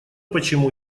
почему